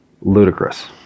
ludicrous